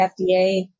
FDA